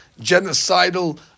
genocidal